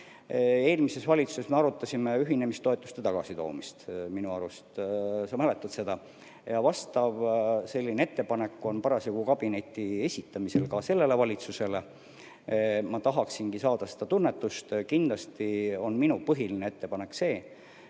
Eelmises valitsuses me arutasime ühinemistoetuste tagasitoomist. Minu arust sa mäletad seda. Selline ettepanek on parasjagu esitamisel kabinetti ka sellele valitsusele. Ma tahaksingi saada seda tunnetust. Kindlasti on minu põhiline ettepanek see,